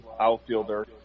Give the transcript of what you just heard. outfielder